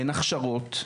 אין הכשרות.